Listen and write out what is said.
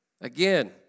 Again